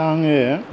आङो